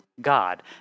God